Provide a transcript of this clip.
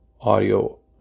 audio